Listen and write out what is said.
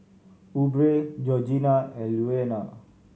Aubree Georgina and Louanna